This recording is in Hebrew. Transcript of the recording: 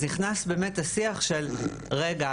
אז נכנס באמת השיח של "רגע,